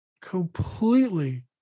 completely